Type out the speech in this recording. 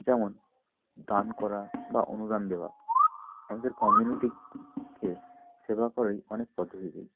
যেমন দান করা বা অনুদান দেওয়া আমাদের কমিউনিটিকে সেবা করেই অনেক পদ্ধতি দিয়ে